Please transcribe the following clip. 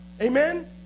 Amen